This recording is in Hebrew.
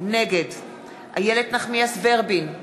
נגד איילת נחמיאס ורבין,